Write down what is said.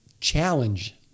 challenge